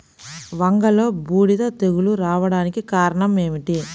వంగలో బూడిద తెగులు రావడానికి కారణం ఏమిటి?